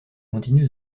continue